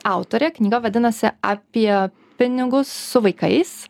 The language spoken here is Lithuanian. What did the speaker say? autorė knyga vadinasi apie pinigus su vaikais